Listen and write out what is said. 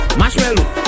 marshmallow